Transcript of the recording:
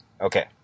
Okay